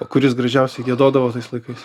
kuris gražiausiai giedodavo tais laikais